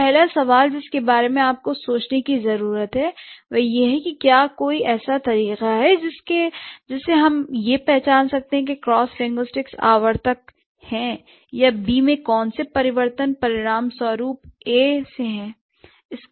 तो पहला सवाल जिसके बारे में आपको सोचने की ज़रूरत है वह यह है कि क्या कोई ऐसा तरीका है जिससे हम यह पहचान सकते हैं कि क्रॉसिं लिंग्विस्टिक आवर्तक हैं या बी में कौन से परिवर्तन परिणामस्वरूप ए है